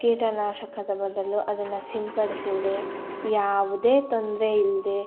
ಕೀಟನಾಶಕದ ಬದಲು ಅದನ್ನು ಸಿಂಪಡಿಸಿದ್ರೆ ಯಾವುದೇ ತೊಂದರೆ ಇಲ್ಲದೇ